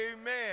Amen